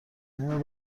نیم